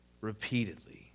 repeatedly